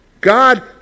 God